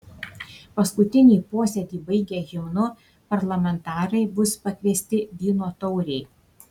paskutinį posėdį baigę himnu parlamentarai bus pakviesti vyno taurei